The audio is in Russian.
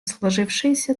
сложившейся